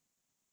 ah